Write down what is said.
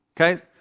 Okay